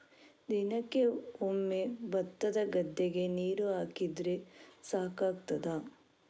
ದಿನಕ್ಕೆ ಒಮ್ಮೆ ಭತ್ತದ ಗದ್ದೆಗೆ ನೀರು ಹಾಕಿದ್ರೆ ಸಾಕಾಗ್ತದ?